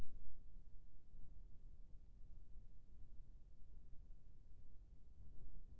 मुंगफली के पौधा ला पिवरी पान ले बचाए बर कोन से पोषक तत्व माटी म देना हे?